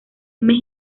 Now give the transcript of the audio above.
mes